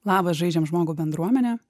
labas žaidžiam žmogų bendruomene